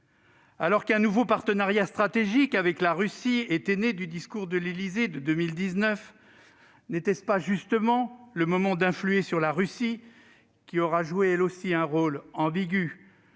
Alors qu'un nouveau partenariat stratégique avec la Russie était né du discours de l'Élysée de 2019, n'était-ce pas justement le moment d'influer sur la Russie, qui aura joué, elle aussi, un rôle ambigu,